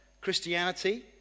Christianity